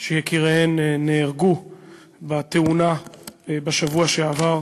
שיקיריהן נהרגו בתאונה בשבוע שעבר.